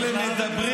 אלה מדברים,